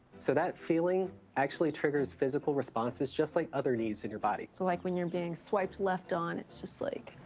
so that feeling actually triggers physical responses just like other needs in your body. so, like, when you're being swiped left on, it's just like.